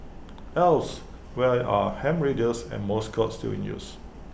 else why are ham radios and morse code still in use